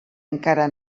encara